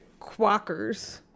Quackers